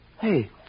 Hey